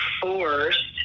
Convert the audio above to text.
forced